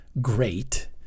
great